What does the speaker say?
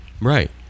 Right